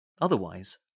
Otherwise